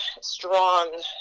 strong